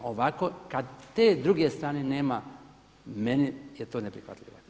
Ovako kada te druge strane nema, meni je to neprihvatljivo.